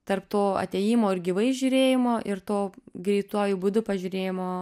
tarp to atėjimo ir gyvai žiūrėjimo ir to greituoju būdu pažiūrėjimo